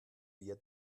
wir